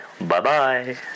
bye-bye